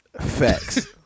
Facts